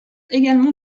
également